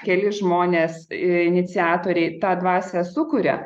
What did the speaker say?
keli žmonės iniciatoriai tą dvasią sukuria